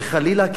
וחלילה,